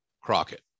Crockett